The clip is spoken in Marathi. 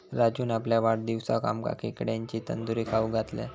राजून आपल्या वाढदिवसाक आमका खेकड्यांची तंदूरी खाऊक घातल्यान